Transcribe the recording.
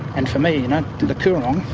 and for me, you know, the coorong,